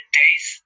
day's